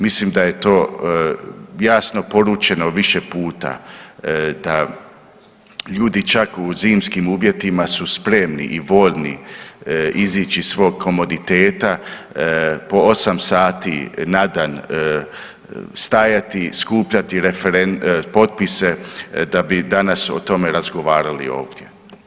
Mislim da je to jasno poručeno više puta da ljudi čak u zimskim uvjetima su spremni i voljni izići iz svog komoditeta i po 8 sati na dan stajati i skupljati potpise da bi danas o tome razgovarali ovdje.